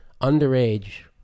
underage